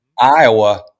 Iowa